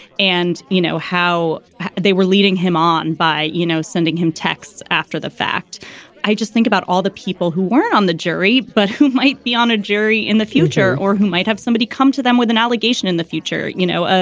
and you know how they were leading him on and by, you know, sending him texts after the fact i just think about all the people who weren't on the jury, but who might be on a jury in the future or who might have somebody come to them with an allegation in the future. you know, ah